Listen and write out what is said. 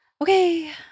okay